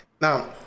Now